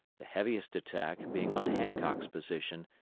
the heaviest attack being on hancock's position,